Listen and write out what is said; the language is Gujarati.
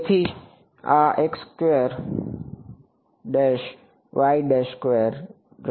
તેથી આ છે